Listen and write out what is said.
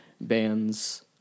bands